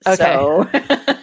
Okay